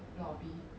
oh